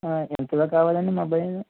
ఎంతలో కావాలండి మొబైలు